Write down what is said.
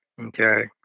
Okay